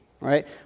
right